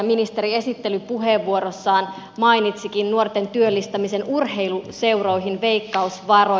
ministeri esittelypuheenvuorossaan mainitsikin nuorten työllistämisen urheiluseuroihin veikkausvaroin